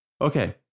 Okay